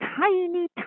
tiny